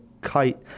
kite